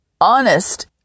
honest